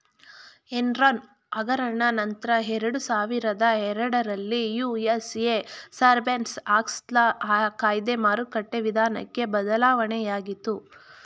Enron ಹಗರಣ ನಂತ್ರ ಎರಡುಸಾವಿರದ ಎರಡರಲ್ಲಿ ಯು.ಎಸ್.ಎ ಸರ್ಬೇನ್ಸ್ ಆಕ್ಸ್ಲ ಕಾಯ್ದೆ ಮಾರುಕಟ್ಟೆ ವಿಧಾನಕ್ಕೆ ಬದಲಾವಣೆಯಾಗಿತು